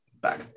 back